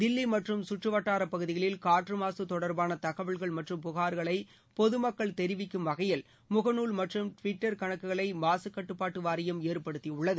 தில்லி மற்றும் சுற்றுவட்டாரப் பகுதிகளில் காற்று மாசு தொடர்பான தகவல்கள் மற்றும் புகார்களை பொது மக்கள் தெரிவிக்கும் வகையில் முகநூல் மற்றும் டுவிட்டர் கணக்குகளை மாசுக்கட்டுப்பாட்டு வாரியம் ஏற்படுத்தியுள்ளது